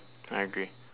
I agree